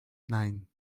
nein